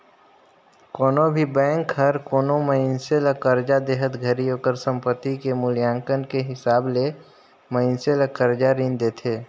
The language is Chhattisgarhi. कोनो भी बेंक हर कोनो मइनसे ल करजा देहत घरी ओकर संपति के मूल्यांकन के हिसाब ले मइनसे ल करजा रीन देथे